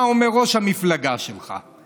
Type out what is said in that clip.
מה אומר ראש המפלגה שלך,